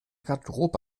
garderobe